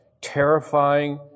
terrifying